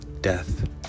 Death